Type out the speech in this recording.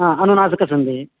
हा अनुनासिकसन्धिः